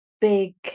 big